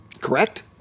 correct